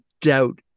doubt